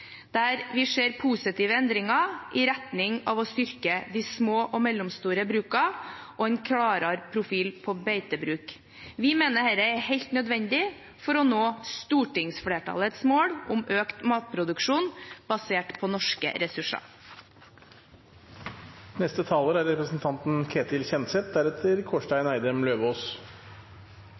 der vi ser positive endringer i retning av å styrke de små og mellomstore brukene og en klarere profil på beitebruk. Vi mener dette er helt nødvendig for å nå stortingsflertallets mål om økt matproduksjon basert på norske ressurser. Venstre har vært med på å støtte opp om de siste jordbruksoppgjørene, i fjor og i år, og er